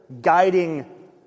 guiding